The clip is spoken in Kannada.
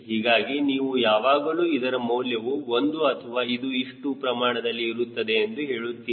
ಹೀಗಾಗಿ ನೀವು ಯಾವಾಗಲೂ ಇದರ ಮೌಲ್ಯವು 1 ಮತ್ತು ಇದು ಇಷ್ಟು ಪ್ರಮಾಣದಲ್ಲಿ ಇರುತ್ತದೆ ಎಂದು ಹೇಳುತ್ತೀರಿ